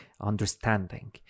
understanding